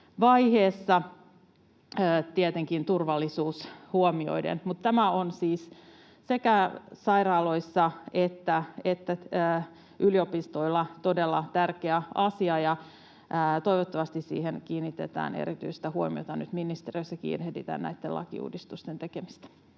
vaiheessa, tietenkin turvallisuus huomioiden. Mutta tämä on siis sekä sairaaloissa että yliopistoissa todella tärkeä asia, ja toivottavasti siihen kiinnitetään erityistä huomiota nyt ministeriössä ja kiirehditään näitten lakiuudistusten tekemistä.